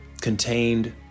contained